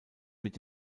mit